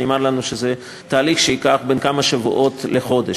נאמר לנו שזה תהליך שייקח בין כמה שבועות לחודש.